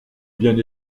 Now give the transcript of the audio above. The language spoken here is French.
bien